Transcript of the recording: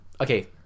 Okay